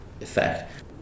effect